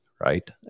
right